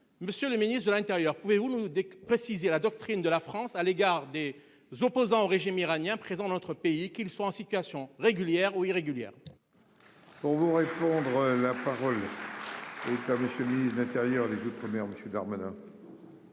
Monsieur le ministre de l'Intérieur, pouvez-vous nous préciser la doctrine de la France à l'égard des opposants au régime iranien présent notre pays qu'ils soient en situation régulière ou irrégulière. Pour vous. Car monsieur le ministre de l'Intérieur. Les deux premières monsieur Darmanin.